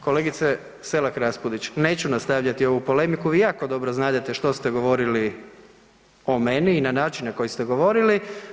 Kolegice Selak Raspudić, neću nastavljati ovu polemiku, vi jako dobro znadete što ste govorili o meni i na način na koji ste govorili.